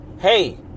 Hey